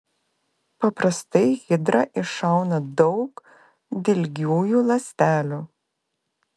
paprastai hidra iššauna daug dilgiųjų ląstelių